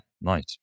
nice